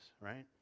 right